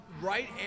right